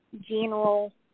general